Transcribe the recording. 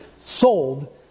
sold